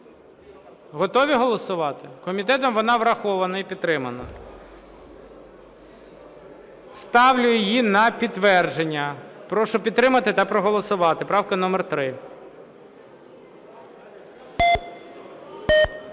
Готові голосувати? Комітетом вона врахована і підтримана. Ставлю її на підтвердження. Прошу підтримати та проголосувати. Правка номер 3.